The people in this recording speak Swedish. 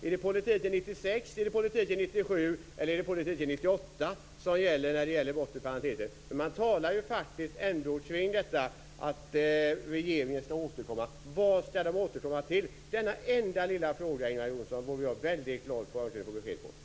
Är det politiken från 1996, 1997 eller 1998 som gäller vad beträffar den bortre parentesen? Man talar faktiskt om att regeringen skall återkomma. Vad skall den återkomma till? Jag vore väldigt glad om jag fick besked i denna enda lilla fråga, Ingvar Johnsson.